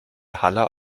haller